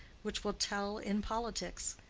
which will tell in politics.